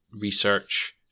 research